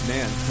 Man